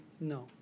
No